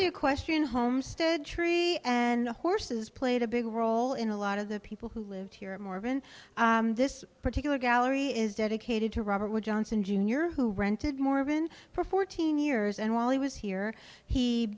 the equestrian homestead tree and the horses played a big role in a lot of the people who live here and more of in this particular gallery is dedicated to robert wood johnson jr who rented morgan for fourteen years and while he was here he